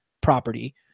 property